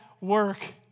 work